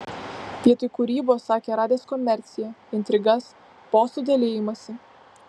vietoj kūrybos sakė radęs komerciją intrigas postų dalijimąsi